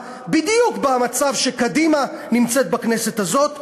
בדיוק במצב שקדימה נמצאת בכנסת הזאת,